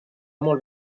molt